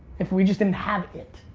if we just didn't have it.